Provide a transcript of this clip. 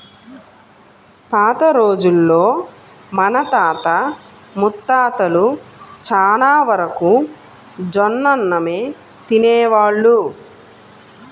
పాత రోజుల్లో మన తాత ముత్తాతలు చానా వరకు జొన్నన్నమే తినేవాళ్ళు